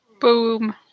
Boom